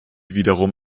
wiederum